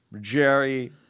Jerry